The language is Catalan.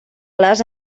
les